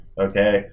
okay